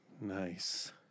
Nice